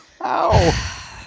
ow